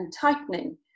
tightening